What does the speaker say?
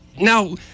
Now